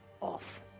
off